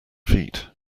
feet